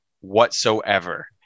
whatsoever